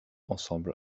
ensemble